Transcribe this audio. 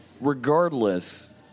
Regardless